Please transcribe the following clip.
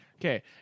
Okay